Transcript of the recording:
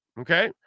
Okay